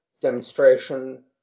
demonstration